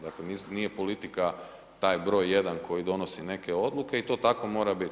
Dakle nije politika taj br. 1 koji donosi neke odluke i to tako mora biti.